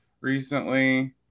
recently